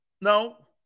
No